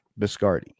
Biscardi